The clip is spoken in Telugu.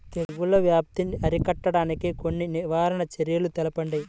తెగుళ్ల వ్యాప్తి అరికట్టడానికి కొన్ని నివారణ చర్యలు తెలుపండి?